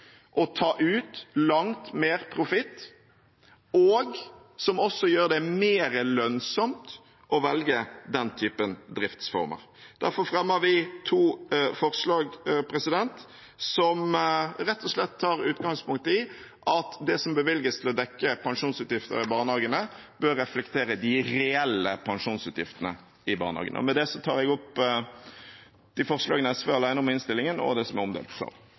å ta ut langt mer profitt, og som også gjør det mer lønnsømt å velge den typen driftsformer. Derfor fremmer vi to forslag som rett og slett tar utgangspunkt i at det som bevilges til å dekke pensjonsutgifter i barnehagene, bør reflektere de reelle pensjonsutgiftene i barnehagene. Med det tar jeg opp de forslagene SV er alene om i innstillingen, og dem som er omdelt